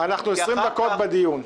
וחבל, כי אחר כך --- אנחנו 20 דקות בדיון.